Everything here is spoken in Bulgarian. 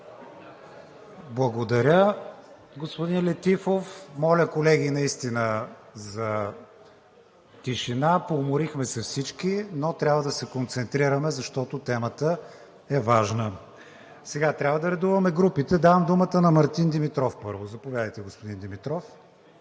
Благодаря, господин Летифов. Моля, колеги, наистина за тишина. Поуморихме се всички, но трябва да се концентрираме, защото темата е важна. Трябва да редуваме групите. Давам думата на Мартин Димитров – заповядайте. Господин Летифов,